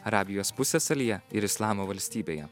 arabijos pusiasalyje ir islamo valstybėje